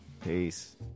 Peace